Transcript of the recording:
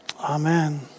Amen